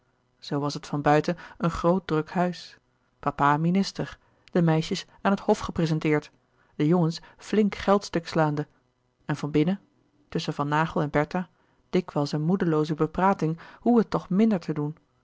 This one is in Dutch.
zoo was het van buiten een groot druk huis papa minister de meisjes aan het hof geprezenteerd de jongens flink geld stuk slaande en van binnen tusschen van naghel en bertha dikwijls een moedelooze beprating hoe het toch minder te doen